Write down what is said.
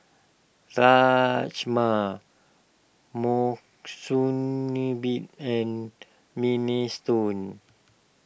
Rajma Monsunabe and Minestrone